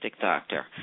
doctor